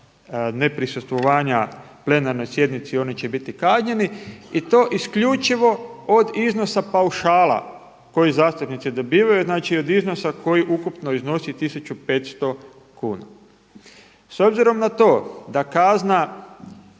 ne prisustvovanja plenarnoj sjednici oni će biti kažnjeni i to isključivo od iznosa paušala koji zastupnici dobivaju znači od iznosa koji ukupno iznosi 1.500 kuna. S obzirom na to da kazna